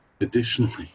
additionally